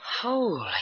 Holy